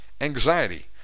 anxiety